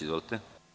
Izvolite.